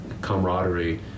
camaraderie